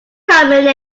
coming